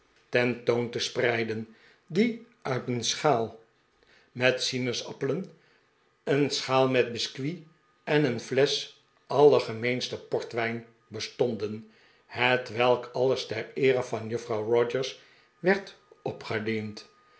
ten toon te spreiden die uit een s ehaal met sinaasappelen een schaal met biscuit en een flesch allergemeensten portwijn bestonden hetwelk alles ter eere van juffrouw rogers werd opgediend